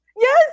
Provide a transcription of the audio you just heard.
Yes